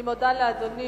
אני מודה לאדוני.